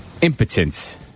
impotent